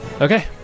okay